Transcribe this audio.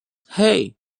hey